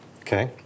Okay